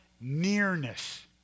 nearness